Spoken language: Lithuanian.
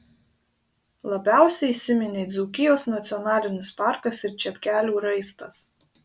labiausiai įsiminė dzūkijos nacionalinis parkas ir čepkelių raistas